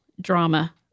drama